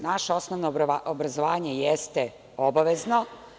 Naše osnovno obrazovanje jeste obavezno.